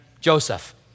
Joseph